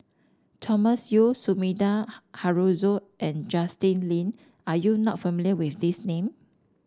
Thomas Yeo Sumida Haruzo and Justin Lean are you not familiar with these name